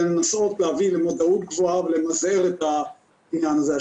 לנסות להביא למודעות גבוהה ולמזער את העניין הזה.